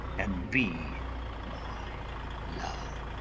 and be my love.